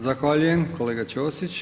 Zahvaljujem, kolega Ćosić.